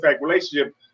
relationship